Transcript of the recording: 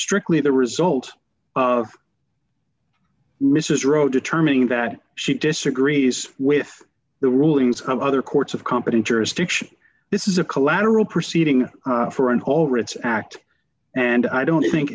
strictly the result of mrs rowe determining that she disagrees with the rulings of other courts of competent jurisdiction this is a collateral proceeding for an whole writs act and i don't think